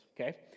Okay